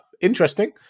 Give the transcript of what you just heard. interesting